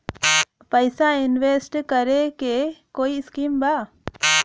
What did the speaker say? पैसा इंवेस्ट करे के कोई स्कीम बा?